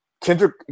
Kendrick